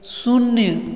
शून्य